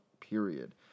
period